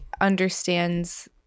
understands